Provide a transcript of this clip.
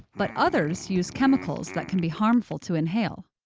but others use chemicals that can be harmful to inhale.